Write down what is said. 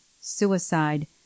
suicide